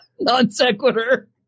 Non-sequitur